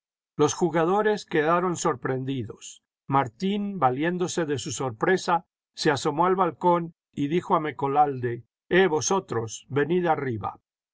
los jugadores quedaron sorprendidos martín valiéndose de su sorpresa se asomó al balcón y dijo a mecolalde jeh vosotros venid arriba